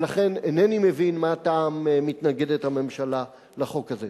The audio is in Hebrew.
ולכן איני מבין מה הטעם שמתנגדת הממשלה לחוק הזה.